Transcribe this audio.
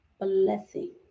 blessing